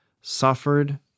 suffered